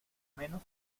menos